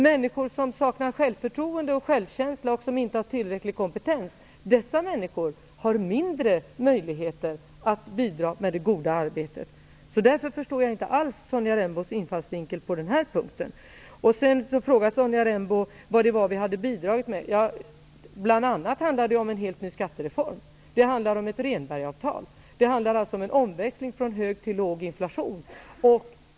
Människor som saknar självförtroende och självkänsla och som inte har tillräcklig kompetens har mindre möjligheter att bidra med det goda arbetet. Därför förstår jag inte alls Sonja Rembos infallsvinkel på den punkten. Vidare frågar Sonja Rembo vad vi har bidragit med. Bl.a. handlar det om en helt ny skattereform. Det handlar om ett Rehnbergavtal. Det handlar om en omväxling från hög till låg inflation.